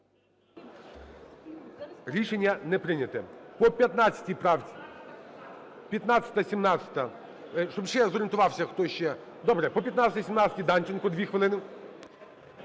Рішення не прийнято.